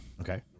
Okay